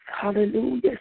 hallelujah